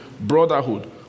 Brotherhood